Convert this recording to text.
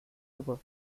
river